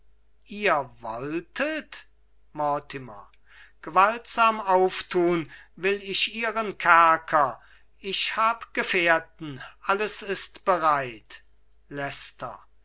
ihr wolltet mortimer gewaltsam auftun will ich ihren kerker ich hab gefährten alles ist bereit